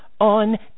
on